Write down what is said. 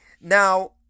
now